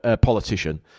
politician